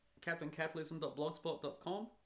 CaptainCapitalism.blogspot.com